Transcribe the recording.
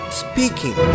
speaking